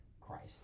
Christ